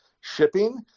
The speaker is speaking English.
shipping